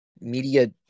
media